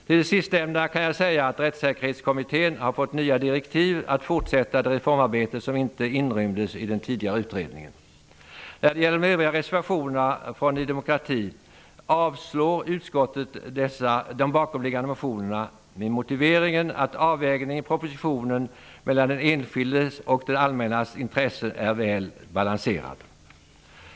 Till det sistnämnda kan jag lägga att Rättssäkerhetskommittén har fått nya direktiv att fortsätta det reformarbete som inte inrymdes i den tidigare utredningen. När det gäller de övriga reservationerna från Ny demokrati avstyrker utskottet de bakomliggande motionerna med motiveringen att avvägningen i propositionen mellan den enskildes och det allmännas intressen är väl balanserad.